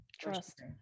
Trust